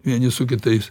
vieni su kitais